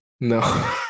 No